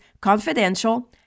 confidential